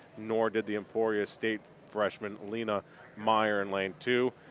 nor did the emporia state freshman, linnea mire in lane two.